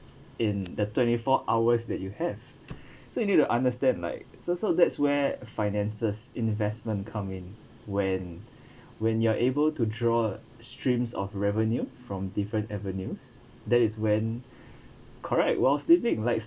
in the twenty four hours that you have so you need to understand like so so that's where finances investment come in when when you're able to draw streams of revenue from different avenues that is when correct while sleeping likes